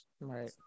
Right